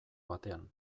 batean